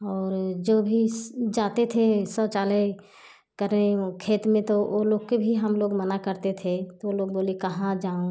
और जो भी स जाते थे शौचालय करने वो खेत में तो वो लोग के भी हम लोग मना करते थे तो वो लोग बोले कहाँ जाऊँ